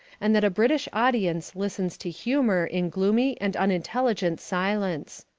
and that a british audience listens to humour in gloomy and unintelligent silence.